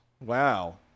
Wow